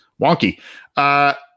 wonky